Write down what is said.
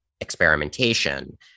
experimentation